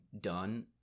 done